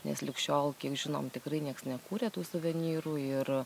nes lig šiol kiek žinom tikrai nieks nekūrė tų suvenyrų ir